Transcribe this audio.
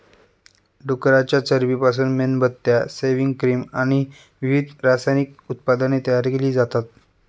डुकराच्या चरबीपासून मेणबत्त्या, सेव्हिंग क्रीम आणि विविध रासायनिक उत्पादने तयार केली जातात